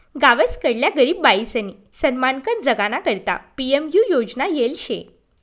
गावसकडल्या गरीब बायीसनी सन्मानकन जगाना करता पी.एम.यु योजना येल शे